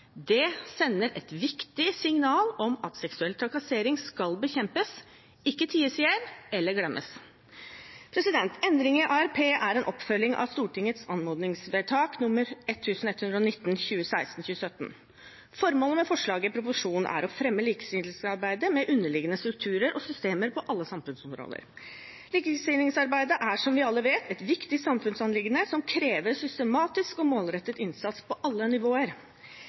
Det sender et viktig signal om at seksuell trakassering skal bekjempes – ikke ties i hjel eller glemmes. Endringen i ARP er en oppfølging av Stortingets anmodningsvedtak 1119 for 2016–2017. Formålet med forslaget i proposisjonen er å fremme likestillingsarbeidet med underliggende strukturer og systemer på alle samfunnsområder. Likestillingsarbeidet er, som vi alle vet, et viktig samfunnsanliggende som krever systematisk og målrettet innsats på alle nivåer.